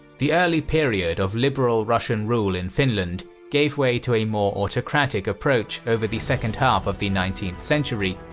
the early period of the liberal russian rule in finland gave way to a more autocratic approach over the second half of the nineteenth century,